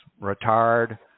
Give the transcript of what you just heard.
retired